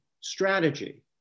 strategy